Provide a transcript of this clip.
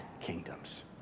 kingdoms